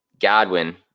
Godwin